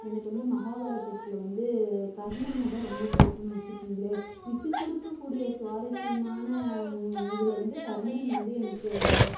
எனக்கு வந்து மகாபாரதத்தில் வந்து கர்ணனை தான் ரொம்ப பிடிக்குன்னு வச்சிக்கோங்களேன் விட்டுக்கொடுக்கக்கூடிய சுவாரஸ்யமான இதில் வந்து கர்ணன் வந்து எனக்கு